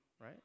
right